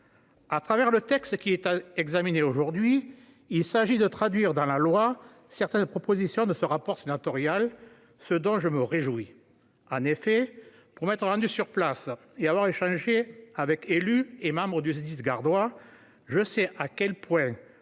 Au travers du texte qui est examiné aujourd'hui, il s'agit de traduire dans la loi certaines propositions de ce rapport sénatorial d'information, ce dont je me réjouis. En effet, pour m'être rendu sur le terrain et pour avoir échangé avec élus et membres du Sdis gardois, je sais à quel point